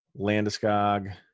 Landeskog